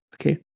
Okay